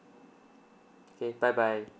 okay bye bye